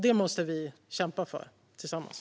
Det måste vi kämpa för tillsammans.